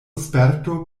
sperto